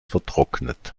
vertrocknet